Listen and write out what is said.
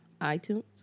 iTunes